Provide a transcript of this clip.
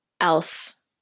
else